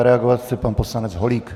Reagovat chce pan poslanec Holík.